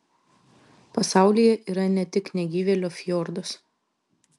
pasaulyje yra ne tik negyvėlio fjordas